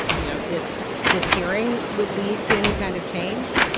you know, this this hearing would lead to any kind of change?